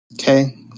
Okay